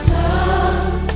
love